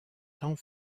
tant